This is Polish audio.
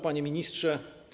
Panie Ministrze!